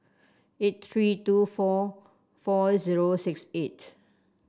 eight three two four four zero six eight